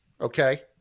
Okay